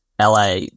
LA